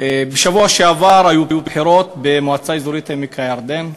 בשבוע שעבר היו בחירות במועצה האזורית עמק-הירדן.